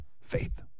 Faith